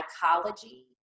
psychology